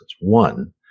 One